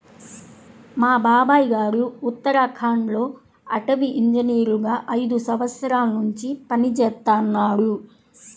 మా బాబాయ్ గారు ఉత్తరాఖండ్ లో అటవీ ఇంజనీరుగా ఐదు సంవత్సరాల్నుంచి పనిజేత్తన్నారు